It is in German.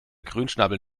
grünschnabel